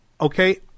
Okay